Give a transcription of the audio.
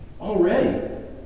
already